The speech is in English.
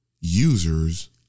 users